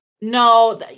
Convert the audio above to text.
No